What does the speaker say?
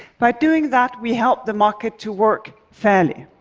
by doing that, we help the market to work fairly,